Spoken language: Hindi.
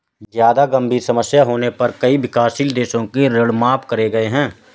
जादा गंभीर समस्या होने पर कई बार विकासशील देशों के ऋण माफ करे गए हैं